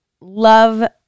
love